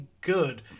good